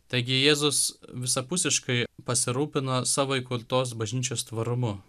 taigi jėzus visapusiškai pasirūpino savo įkurtos bažnyčios tvarumu